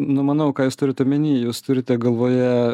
numanau ką jūs turite omenyje jūs turite galvoje